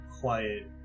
quiet